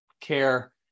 care